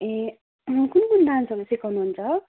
ए कुन कुन डान्सहरू सिकाउनुहुन्छ